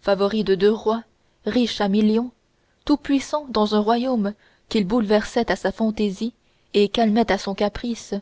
favori de deux rois riche à millions tout-puissant dans un royaume qu'il bouleversait à sa fantaisie et calmait à son caprice